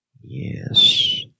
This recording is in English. Yes